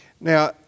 Now